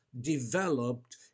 developed